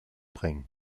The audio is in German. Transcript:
bringen